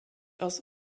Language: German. aus